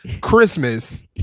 Christmas